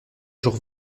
jours